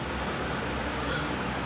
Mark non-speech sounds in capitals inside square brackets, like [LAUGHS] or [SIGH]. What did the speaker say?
[LAUGHS] I think it's a like pak cik